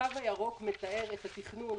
הקו הירוק מתאר את התכנון.